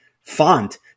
font